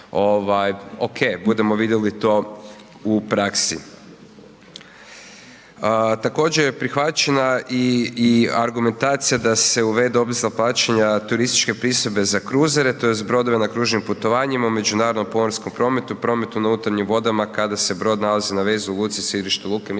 okej, budemo vidjeli to u praksi. Također je prihvaćena i argumentacija da se uvede obveza plaćanja turističke pristojbe za kruzere tj. brodove na kružnim putovanjima u međunarodnom pomorskom prometu, prometu na unutarnjim vodama kada se brod nalazi na vezu u luci u sirištu luke,